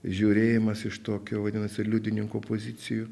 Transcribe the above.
žiūrėjimas iš tokio vadinasi liudininko pozicijų